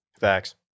Facts